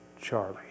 Charlie